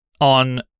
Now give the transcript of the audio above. on